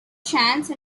chance